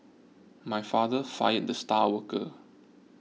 my father fired the star worker